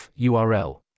url